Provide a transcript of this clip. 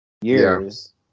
years